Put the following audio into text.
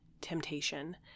temptation